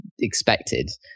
Expected